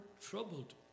troubled